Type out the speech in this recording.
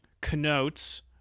connotes